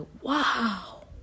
wow